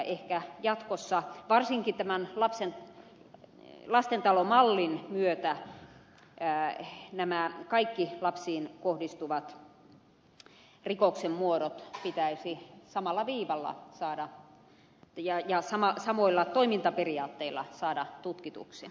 ehkä jatkossa varsinkin tämän lastentalomallin myötä nämä kaikki lapsiin kohdistuvat rikoksen muodot pitäisi saada samalla viivalla ja samoilla toimintaperiaatteilla tutkituksi